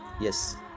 yes